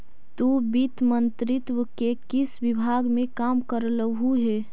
तु वित्त मंत्रित्व के किस विभाग में काम करलु हे?